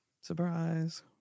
Surprise